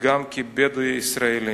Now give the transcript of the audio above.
וגם כבדואי ישראלי.